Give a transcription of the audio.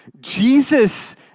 Jesus